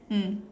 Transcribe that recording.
mm